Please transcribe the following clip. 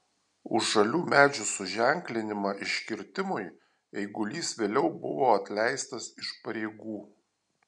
už žalių medžių suženklinimą iškirtimui eigulys vėliau buvo atleistas iš pareigų